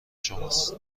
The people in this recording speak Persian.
شماست